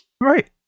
Right